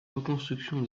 reconstructions